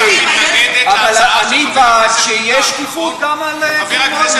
אני בעד שתהיה שקיפות גם על תרומות,